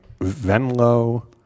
Venlo